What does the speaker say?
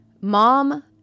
Mom